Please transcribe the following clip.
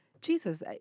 Jesus